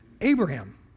Abraham